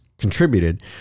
contributed